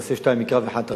תעשה שניים מקרא ואחד תרגום.